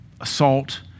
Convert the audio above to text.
assault